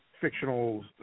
fictional